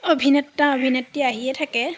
অভিনেতা অভিনেত্ৰী আহিয়ে থাকে